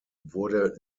wurde